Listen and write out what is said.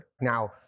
Now